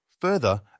Further